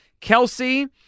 Kelsey